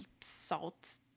salt